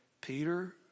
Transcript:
Peter